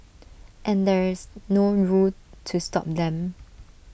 and there's no rule to stop them